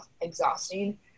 exhausting